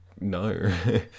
no